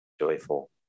joyful